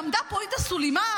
עמדה פה עאידה סולימאן,